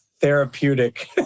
therapeutic